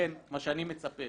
לכן מה שאני מצפה